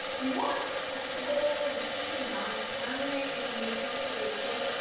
the more flexible and potentially non-permanent you can make your situation,